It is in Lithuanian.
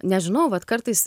nežinau vat kartais